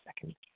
second